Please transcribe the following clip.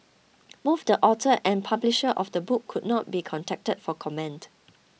both the author and publisher of the book could not be contacted for comment